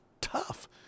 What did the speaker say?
tough